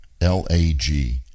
L-A-G